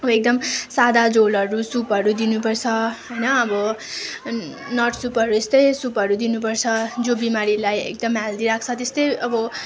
अब एकदम सादा झोलहरू सुपहरू दिनुपर्छ होइन अब नर सुपहरू यस्तै सुपहरू दिनुपर्छ जो बिमारीलाई एकदम हेल्दी राख्छ त्यस्तै अब